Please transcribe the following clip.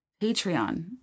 Patreon